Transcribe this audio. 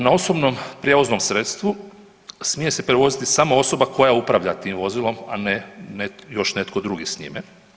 Na osobnom prijevoznom sredstvu smije se prevoziti samo osoba koja upravlja tim vozilom, a ne još netko drugi s njime.